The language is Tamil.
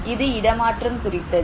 இது இடமாற்றம் குறித்தது